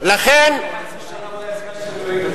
אמרת את זה כשהיית אצלו?